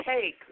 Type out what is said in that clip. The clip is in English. take